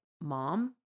mom